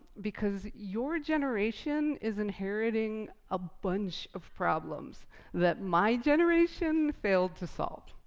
because your generation is inheriting a bunch of problems that my generation failed to solve.